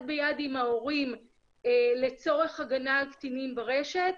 ביד עם ההורים לצורך הגנה על קטינים ברשת,